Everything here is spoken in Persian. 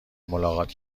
ملاقات